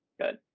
Good